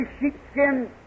sheepskin